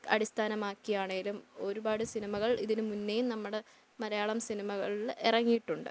അടിസ്ഥാനമാക്കിയാണെങ്കിലും ഒരുപാട് സിനിമകൾ ഇതിനു മുന്നെയും നമ്മുടെ മലയാളം സിനിമകളിൽ ഇറങ്ങിയിട്ടുണ്ട്